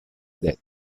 death